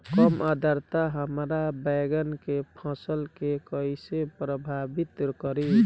कम आद्रता हमार बैगन के फसल के कइसे प्रभावित करी?